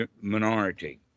minority